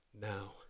now